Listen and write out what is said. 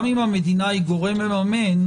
גם אם המדינה היא גורם מממן,